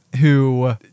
who-